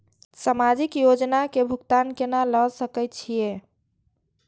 समाजिक योजना के भुगतान केना ल सके छिऐ?